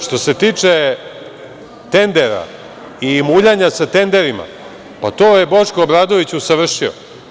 Što se tiče tendera i muljanja sa tenderima, pa, to je Boško Obradović usavršio.